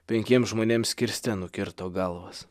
penkiems žmonėms kirste nukirto galvas